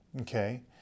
Okay